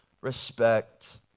respect